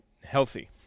Healthy